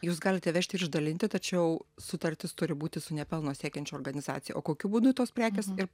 jūs galite vežti ir išdalinti tačiau sutartis turi būti su nepelno siekiančia organizacija o kokiu būdu tos prekės ir